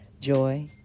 joy